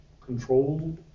control